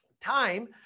Time